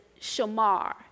shamar